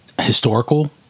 historical